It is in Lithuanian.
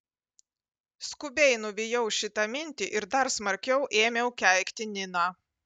skubiai nuvijau šitą mintį ir dar smarkiau ėmiau keikti niną